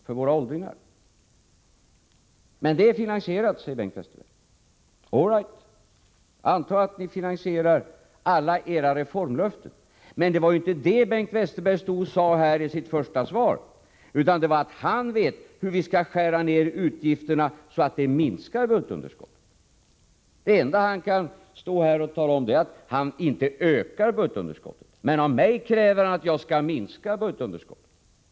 Men det är finansierat, säger Bengt Westerberg. All right, anta att vi finansierar alla era reformlöften — det var ändå inte det Bengt Westerberg talade om i sitt första anförande. Där sade han att han vet hur vi skall skära ned utgifterna så att de minskar budgetunderskottet. Det enda han kan stå här och tala om är att han inte ökar budgetunderskottet, men av mig kräver han att jag skall minska budgetunderskottet.